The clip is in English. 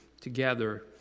together